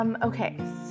Okay